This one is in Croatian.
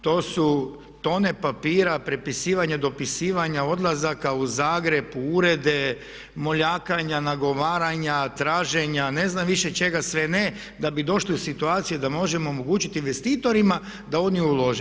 To su tone papira prepisivanja i dopisivanja, odlazaka u Zagreb u urede, moljakanja, nagovaranja, traženja ne znam više čega sve ne da bi došli u situaciju da možemo omogućiti investitorima da oni ulože.